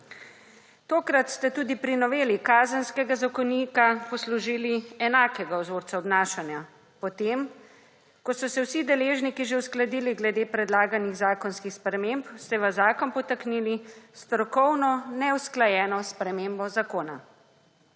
tokrat ste se tudi pri noveli Kazenskega zakonika poslužili enakega vzorca obnašanja. Potem ko so se vsi deležniki že uskladili glede predlaganih zakonskih sprememb, ste v zakon podtaknili strokovno neusklajeno spremembo zakona.